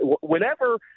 Whenever